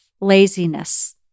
laziness